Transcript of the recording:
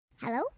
Hello